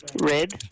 Red